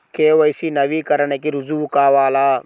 KYC నవీకరణకి రుజువు కావాలా?